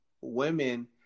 women